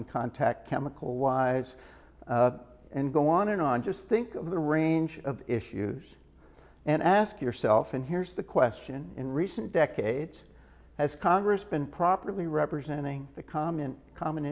in contact chemical wise and go on and on just think of the range of issues and ask yourself and here's the question in recent decades has congress been properly representing the common common